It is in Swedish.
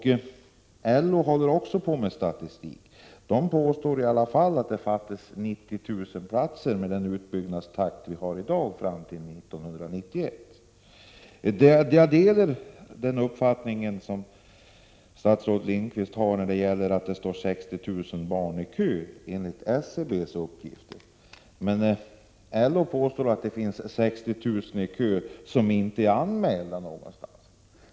Där påstår man att det fattas 90 000 platser fram till 1991, med den utbyggnadstakt vi har i dag. Jag delar den uppfattning som statsrådet Lindqvist ger uttryck för när han säger att det står 60 000 i kö enligt SCB:s uppgifter. Men LO påstår att det finns 60 000 i kö som inte är anmälda någonstans.